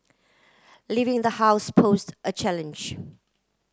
leaving the house posed a challenge